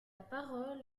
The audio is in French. parole